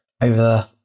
over